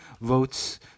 votes